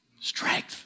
Strength